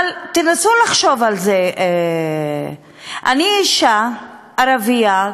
אבל תנסו לחשוב על זה: אני אישה ערבייה,